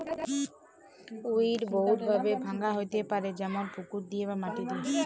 weed বহুত ভাবে ভাঙা হ্যতে পারে যেমল পুকুর দিয়ে বা মাটি দিয়ে